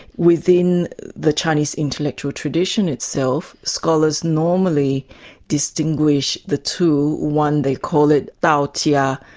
within the chinese intellectual tradition itself, scholars normally distinguish the two, one they call it daojia,